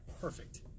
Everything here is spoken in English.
Perfect